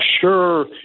sure